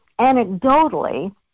anecdotally